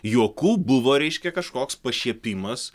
juokų buvo reiškia kažkoks pašiepimas